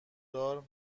دار